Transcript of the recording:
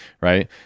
Right